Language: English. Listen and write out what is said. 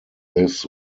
this